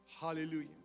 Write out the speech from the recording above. Hallelujah